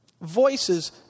Voices